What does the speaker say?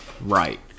Right